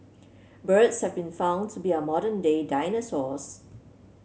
birds have been found to be our modern day dinosaurs